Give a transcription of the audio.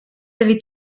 avez